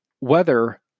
weather